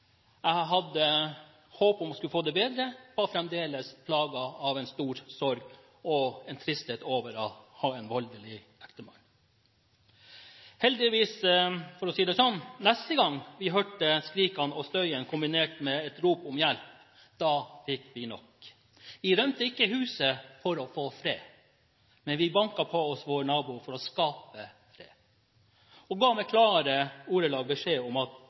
jeg hadde et håp om at skulle få det bedre, var fremdeles plaget av en stor sorg og en tristhet over å ha en voldelig ektemann. Heldigvis, for å si det sånn, neste gang vi hørte skrikene og støyen kombinert med et rop om hjelp, fikk vi nok. Vi rømte ikke huset for å få fred, men vi banket på hos vår nabo for å skape fred, og ga i klare ordelag beskjed om at